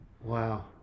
Wow